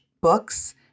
books